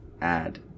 add